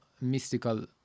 mystical